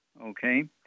Okay